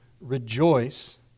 rejoice